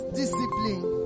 discipline